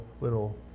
little